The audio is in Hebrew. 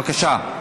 בבקשה.